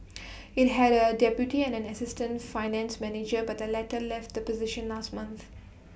IT had A deputy and an assistant finance manager but the latter left the position last month